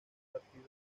partido